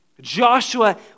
Joshua